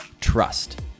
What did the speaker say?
trust